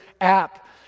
app